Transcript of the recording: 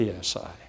PSI